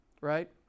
right